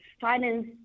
finance